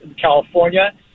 California